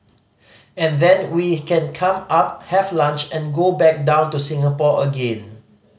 and then we can come up have lunch and go back down to Singapore again